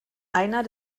einer